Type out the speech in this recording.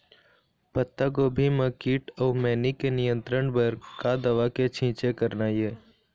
पत्तागोभी म कीट अऊ मैनी के नियंत्रण बर का दवा के छींचे करना ये?